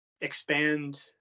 expand